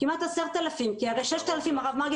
כמעט 10,000. כי הרי 6,000 הרב מרגי,